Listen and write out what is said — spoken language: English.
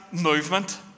movement